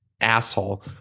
asshole